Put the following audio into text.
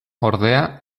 ordea